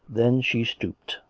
then she stooped,